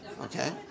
okay